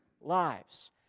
lives